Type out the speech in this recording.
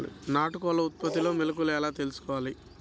నాటుకోళ్ల ఉత్పత్తిలో మెలుకువలు ఎలా తెలుసుకోవాలి?